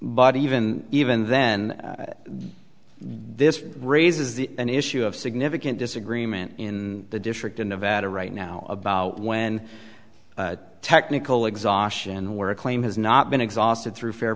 but even even then this raises the an issue of significant disagreement in the district in nevada right now about when technical exhaustion where a claim has not been exhausted through fair